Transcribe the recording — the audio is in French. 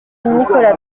nicolas